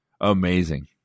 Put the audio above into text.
amazing